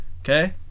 Okay